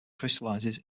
crystallizes